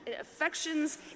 affections